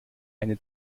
eine